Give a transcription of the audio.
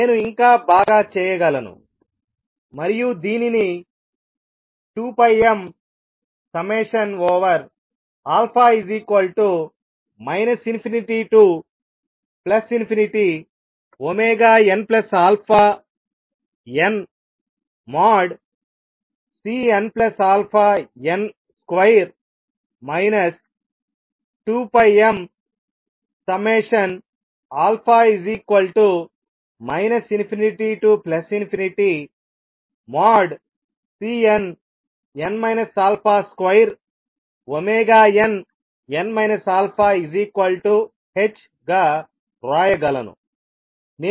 నేను ఇంకా బాగా చేయగలను మరియు దీనిని 2πmα ∞nαn|Cnαn |2 2πmα ∞|Cnn α |2nn αh గా వ్రాయగలను